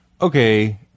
okay